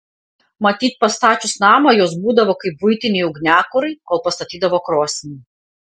matyt pastačius namą jos būdavo kaip buitiniai ugniakurai kol pastatydavo krosnį